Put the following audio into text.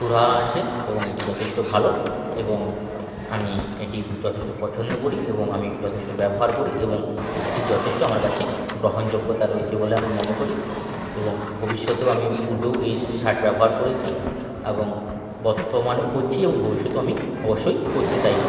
সুরাহা আসে এবং এটি যথেষ্ট ভালো এবং আমি এটি যথেষ্ট পছন্দ করি এবং আমি যথেষ্ট ব্যবহার করি এবং এটি যথেষ্ট আমার কাছে গ্রহণযোগ্যতা রয়েছে বলে আমি মনে করি এবং ভবিষ্যতেও আমি পূর্বেও এই শার্ট ব্যবহার করেছি এবং বর্তমানেও করছি এবং ভবিষ্যতেও আমি অবশ্যই করতে চাইবো